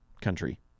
country